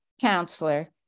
counselor